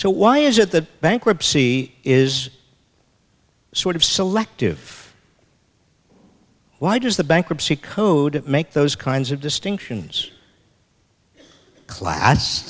so why is it that bankruptcy is sort of selective why does the bankruptcy code make those kinds of distinctions class